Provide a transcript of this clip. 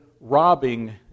robbing